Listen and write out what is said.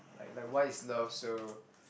like like why is love so